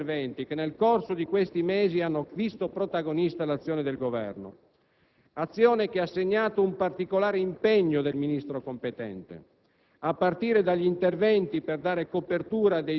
si collegano strettamente ad una serie di altri interventi che nel corso di questi mesi hanno visto protagonista l'azione del Governo. Azione ha segnato un particolare impegno del Ministro competente,